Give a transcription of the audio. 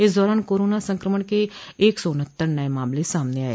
इस दौरान कोरोना संक्रमण के एक सौ उन्हतर नये मामले सामने आये